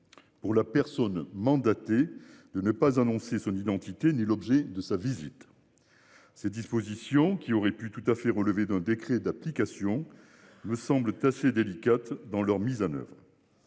Pour la personne mandatée de ne pas annoncer son identité ni l'objet de sa visite. Ces dispositions qui aurait pu tout à fait relever d'un décret d'application me semble tâcher délicate dans leur mise en oeuvre.